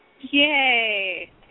Yay